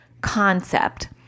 concept